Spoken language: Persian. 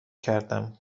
کردم